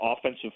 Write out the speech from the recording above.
offensive